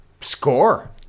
Score